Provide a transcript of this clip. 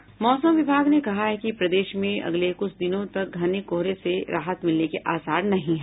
मौसम विभाग ने कहा है कि प्रदेश में अगले कुछ दिनों तक घने कोहरे से राहत मिलने के आसार नहीं हैं